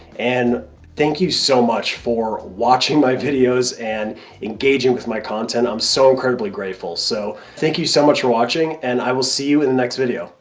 and thank you so much for watching my videos and engaging with my content. i'm so incredibly grateful. so thank you so much for watching and i will see you in the next video.